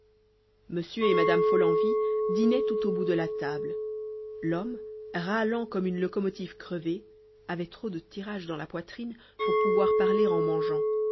m et mme follenvie dînaient tout au bout de la table l'homme râlant comme une locomotive crevée avait trop de tirage dans la poitrine pour pouvoir parler en mangeant